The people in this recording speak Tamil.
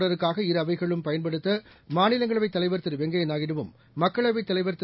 தொடருக்காக கூட்டத் இருஅவைகளையும் பயன்படுத்தமாநிலங்களவைத் தலைவர் திரு வெங்கையநாயுடுவும் மக்களவைத் தலைவர் திரு